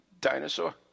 dinosaur